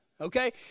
okay